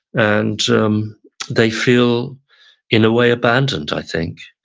and um they feel in a way, abandoned, i think,